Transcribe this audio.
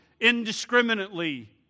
indiscriminately